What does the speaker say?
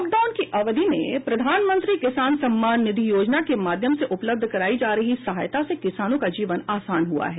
lockdown की अवधि में प्रधानमंत्री किसान सम्मान निधि योजना के माध्यम से उपलब्ध करायी जा रही सहायता से किसानों का जीवन आसान हुआ है